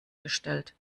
gestellt